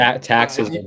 taxes